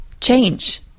change